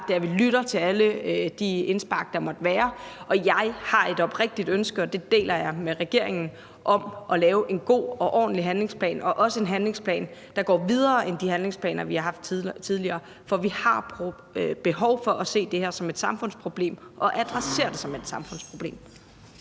er, at vi lytter til alle de indspark, der måtte være, og jeg har et oprigtigt ønske, og det deler jeg med regeringen, om at lave en god og ordentlig handlingsplan og også en handlingsplan, der går videre end de handlingsplaner, vi har haft tidligere. For vi har behov for at se det her som et samfundsproblem og adressere det som et samfundsproblem.